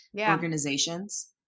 organizations